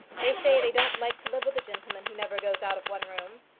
they say they don't like to live with a gentleman who never goes out of one room.